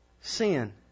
sin